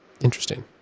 Interesting